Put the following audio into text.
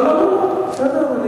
לא, לא, לא, בסדר.